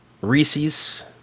Reese's